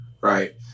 right